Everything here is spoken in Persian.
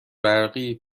برقی